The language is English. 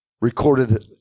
recorded